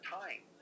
time